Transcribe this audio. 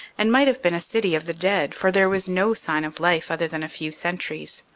and might have been a city of the dead, for there was no sign of life, other than a few sentries.